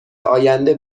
آینده